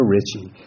Richie